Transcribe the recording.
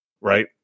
Right